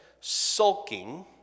sulking